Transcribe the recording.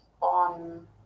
on